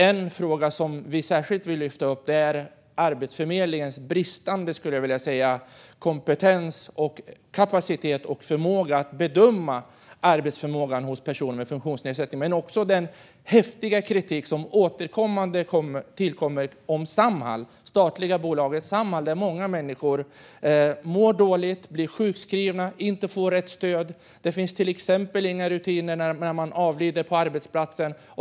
En fråga som jag särskilt vill lyfta fram är Arbetsförmedlingens bristande kompetens, kapacitet och förmåga att bedöma arbetsförmågan hos personer med funktionsnedsättning. Jag vill även lyfta fram den häftiga kritik som återkommande hörs om det statliga bolaget Samhall. Många människor mår dåligt, blir sjukskrivna och får inte rätt stöd. Det finns inga rutiner för vad som ska ske när någon avlider på arbetsplatsen.